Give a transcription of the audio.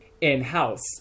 in-house